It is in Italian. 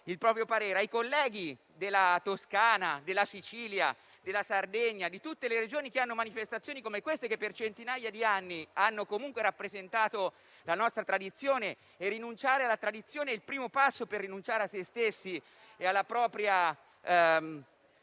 il proprio parere, anche ai colleghi della Toscana, della Sicilia, della Sardegna e di tutte le Regioni dove si svolgono manifestazioni come quelle enunciate, che per centinaia di anni hanno rappresentato la nostra tradizione - rinunciare alla tradizione è il primo passo per rinunciare a se stessi e alla propria storia